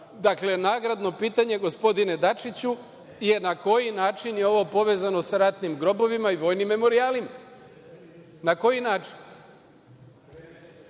pasoša. Nagradno pitanje, gospodine Dačiću, je – na koji način je ovo povezano sa ratnim grobovima i vojnim memorijalima? Vi kao